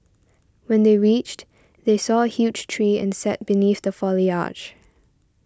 when they reached they saw a huge tree and sat beneath the foliage